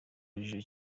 urujijo